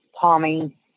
Tommy